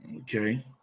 Okay